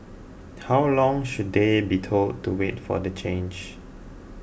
how long should they be told to wait for the change